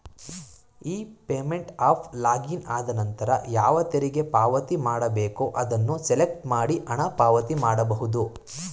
E payment of login ಆದನಂತರ ಯಾವ ತೆರಿಗೆ ಪಾವತಿ ಮಾಡಬೇಕು ಅದನ್ನು ಸೆಲೆಕ್ಟ್ ಮಾಡಿ ಹಣ ಪಾವತಿ ಮಾಡಬಹುದು